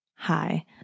hi